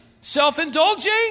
self-indulging